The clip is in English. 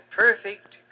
perfect